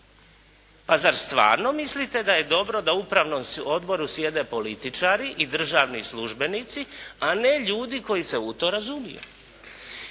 Pa zar stvarno mislite da je dobro da u upravnom odboru sjede političari i državni službenici, a ne ljudi koji se u to razumiju?